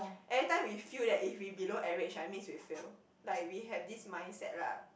everytime we feel that if we below average it means we fail like we have this mindset lah